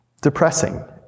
depressing